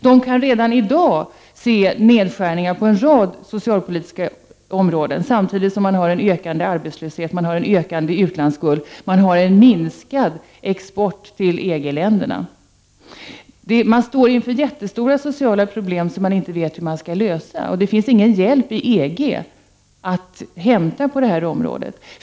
De kan redan i dag se nedskärningar på en rad socialpolitiska områden — samtidigt som man har en ökande arbetslöshet och en ökande utlandsskuld men en minskad export till EG-länderna. Man står inför jättelika sociala problem, som man inte vet hur man skall lösa. Och det finns ingen hjälp att hämta inom EG.